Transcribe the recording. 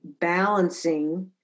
balancing